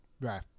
Right